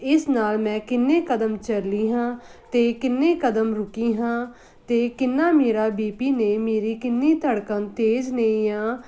ਇਸ ਨਾਲ ਮੈਂ ਕਿੰਨੇ ਕਦਮ ਚੱਲੀ ਹਾਂ ਅਤੇ ਕਿੰਨੇ ਕਦਮ ਰੁਕੀ ਹਾਂ ਅਤੇ ਕਿੰਨਾ ਮੇਰਾ ਬੀ ਪੀ ਨੇ ਮੇਰੀ ਕਿੰਨੀ ਧੜਕਣ ਤੇਜ਼ ਨੇ ਜਾਂ